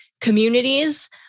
Communities